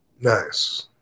Nice